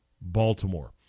Baltimore